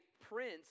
prince